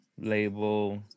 label